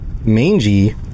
Mangy